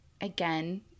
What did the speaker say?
again